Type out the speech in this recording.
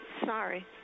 sorry